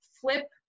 flip